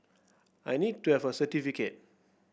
I need to have a certificate